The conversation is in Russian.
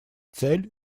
цель